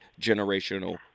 generational